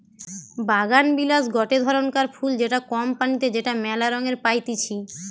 বাগানবিলাস গটে ধরণকার ফুল যেটা কম পানিতে যেটা মেলা রঙে পাইতিছি